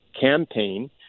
campaign